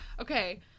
Okay